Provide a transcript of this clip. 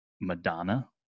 Madonna